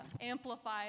amplify